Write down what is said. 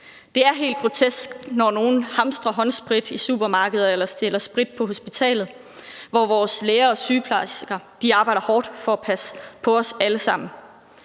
Det er helt grotesk, når nogle hamstrer håndsprit i supermarkeder eller stjæler sprit på hospitalet, hvor vores læger og sygeplejersker arbejder hårdt for at passe på os alle sammen.